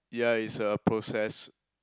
yeah it's a process